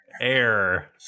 Air